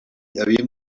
havíem